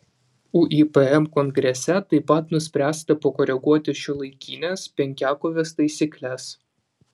uipm kongrese taip pat nuspręsta pakoreguoti šiuolaikinės penkiakovės taisykles